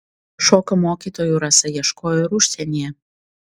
šokio mokytojų rasa ieškojo ir užsienyje